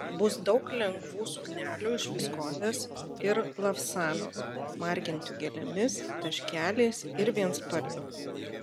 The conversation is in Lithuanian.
bus daug lengvų suknelių iš viskozės ir lavsano margintų gėlėmis taškeliais ir vienspalvių